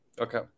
Okay